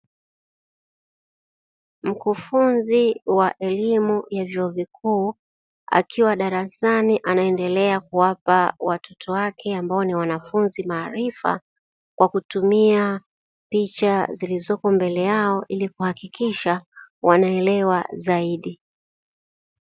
Mkufunzi wa elimu ya vyuo vikuu akiwa darasani anaendelea kuwapa watoto wake ambao ni wanafunzi maarifa kwa kutumia picha zilizoko mbele yao ili kuhakikisha wanaelewa zaidi.